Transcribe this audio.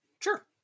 Sure